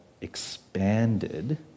expanded